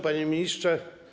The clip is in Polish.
Panie Ministrze!